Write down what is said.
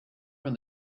from